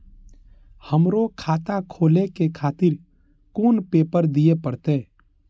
हमरो खाता खोले के खातिर कोन पेपर दीये परतें?